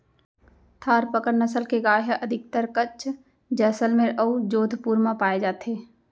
थारपकर नसल के गाय ह अधिकतर कच्छ, जैसलमेर अउ जोधपुर म पाए जाथे